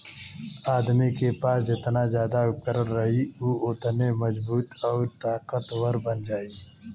आदमी के पास जेतना जादा उपकरण रही उ ओतने मजबूत आउर ताकतवर बन जाई